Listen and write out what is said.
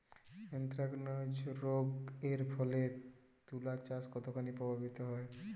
Anthracnose রোগ এর ফলে তুলাচাষ কতখানি প্রভাবিত হয়?